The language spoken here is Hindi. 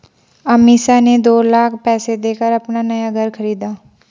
अमीषा ने दो लाख पैसे देकर अपना नया घर खरीदा